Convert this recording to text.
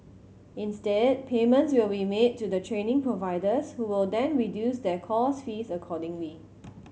instead payments will be made to the training providers who will then reduce their course fees accordingly